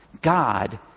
God